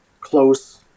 close